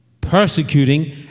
persecuting